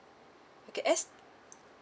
okay yes